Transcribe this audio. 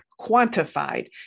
quantified